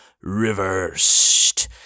reversed